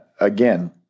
again